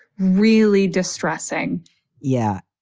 really distressing yeah,